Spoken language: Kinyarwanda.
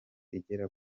igera